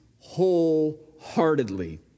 wholeheartedly